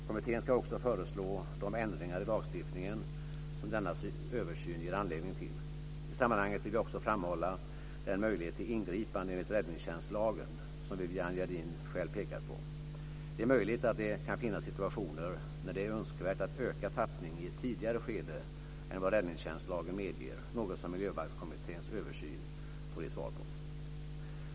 Kommittén ska också föreslå de ändringar i lagstiftningen som denna översyn ger anledning till. I sammanhanget vill jag också framhålla den möjlighet till ingripande enligt räddningstjänstlagen som Viviann Gerdin själv pekat på. Det är möjligt att det kan finnas situationer när det är önskvärt att öka tappningen i ett tidigare skede än vad räddningstjänstlagen medger, något som Miljöbalkskommitténs översyn får ge svar på.